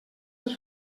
per